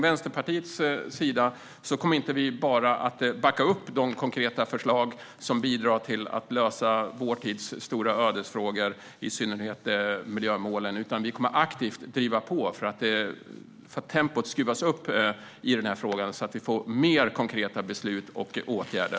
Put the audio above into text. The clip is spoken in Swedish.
Vänsterpartiet kommer inte bara att backa upp konkreta förslag som bidrar till att lösa vår tids stora ödesfrågor, i synnerhet miljömålen, utan vi kommer att driva på aktivt så att tempot skruvas upp i frågan och det blir fler konkreta beslut och åtgärder.